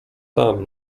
tam